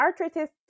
arthritis